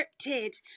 scripted